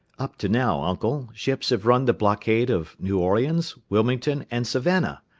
up to now, uncle, ships have run the blockade of new orleans, wilmington, and savannah,